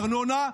הארנונה,